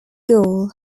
goal